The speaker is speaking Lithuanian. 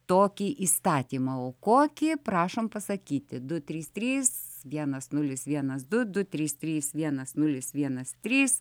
tokį įstatymą o kokį prašom pasakyti du trys trys vienas nulis vienas du du trys trys vienas nulis vienas trys